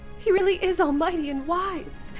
he really is almighty and wise.